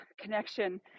connection